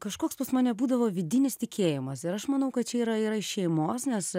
kažkoks pas mane būdavo vidinis tikėjimas ir aš manau kad čia yra yra iš šeimos nes